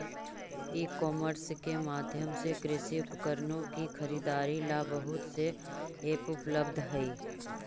ई commerce के माध्यम से कृषि उपकरणों की खरीदारी ला बहुत से ऐप उपलब्ध हई